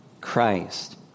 Christ